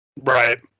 Right